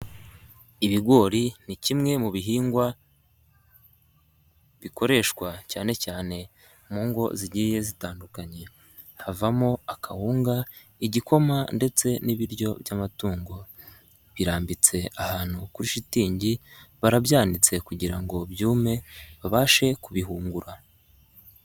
Ibigori ni kimwe mu bihingwa bikoreshwa cyane cyane mu ngo zigiye zitandukanye, havamo akawunga, igikoma ndetse n'ibiryo by'amatungo, birambitse ahantu kuri shitingi barabyanditse kugira ngo byume babashe kubihungura.